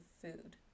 food